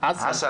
אסל